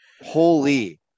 holy